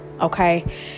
okay